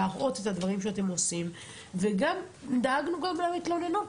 להראות את הדברים שאתם עושים; וגם דאגנו למתלוננות,